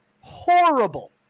Horrible